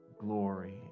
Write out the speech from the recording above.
glory